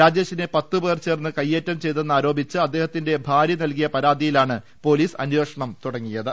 രാജേഷിനെ പത്ത് പ്രേർ ചേർന്ന് കയ്യേറ്റം ചെയ് തെന്ന് ആരോപിച്ച് അദ്ദേഹത്തിന്റെ ഭാര്യ നല്കിയ പരാതിയിലാണ് പോലീസ് അന്വേഷണം തുടങ്ങിയത്